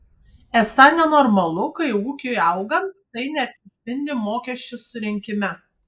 esą nenormalu kai ūkiui augant tai neatsispindi mokesčių surinkime